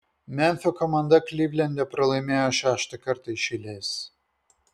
memfio komanda klivlende pralaimėjo šeštą kartą iš eilės